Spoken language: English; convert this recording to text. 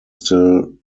still